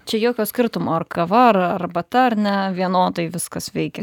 čia jokio skirtumo ar kava ar arbata ar ne vienodai viskas veikia